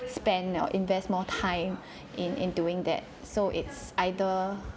spend or invest more time in in doing that so it's either